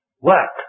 work